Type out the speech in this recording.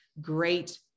great